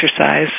exercise